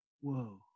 whoa